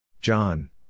John